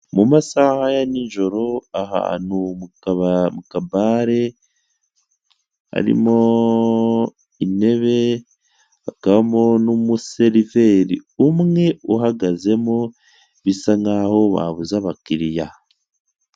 Mu masaha ya nijoro ahantu mu ka bare harimo intebe hakabamo n'umuseriveri umwe uhagazemo bisa nkaho babuze abakiriya.